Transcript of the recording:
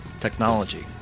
technology